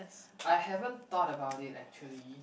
I haven't thought about it actually